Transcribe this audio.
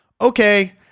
okay